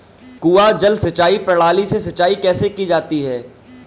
कुआँ जल सिंचाई प्रणाली से सिंचाई कैसे की जाती है?